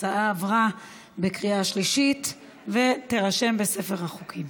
ההצעה עברה בקריאה שלישית ותירשם בספר החוקים.